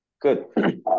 Good